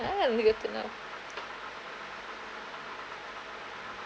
ah we get to know